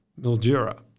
Mildura